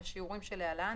בשיעורים סכומי שלהלן,